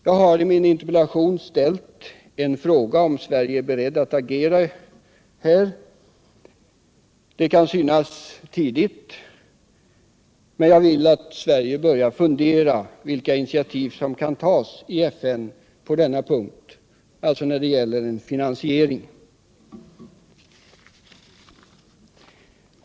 Jag har i min interpellation ställt en fråga om Sverige är berett att agera i denna sak. Det kan synas tidigt, men jag vill att Sverige börjar fundera över vilka initiativ som kan tas i FN på denna punkt, alltså när det gäller finansieringen.